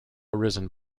arisen